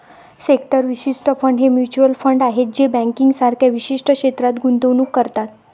sector विशिष्ट fund हे mutual fund आहेत जे बँकिंग सारख्या विशिष्ट क्षेत्रात गुंतवणूक करतात